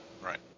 Right